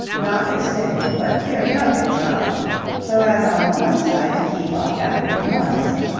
not extending but clearing up its knowledge so as on one side to keep off anthropomorphism,